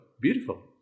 beautiful